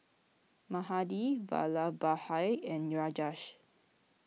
Mahade Vallabhbhai and Rajesh